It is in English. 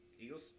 Eagles